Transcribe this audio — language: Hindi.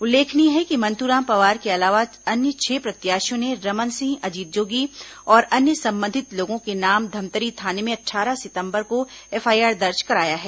उल्लेखनीय है कि मंतूराम पवार के अलावा अन्य छह प्रत्याशियों ने रमन सिंह अजीत जोगी और अन्य संबंधित लोगों के नाम धमतरी थाने में अट्ठारह सितंबर को एफआईआर दर्ज कराया है